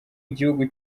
gihugu